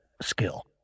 skill